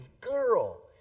girl